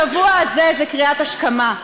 השבוע הזה זה קריאת השכמה.